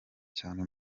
cyane